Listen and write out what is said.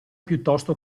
piuttosto